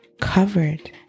covered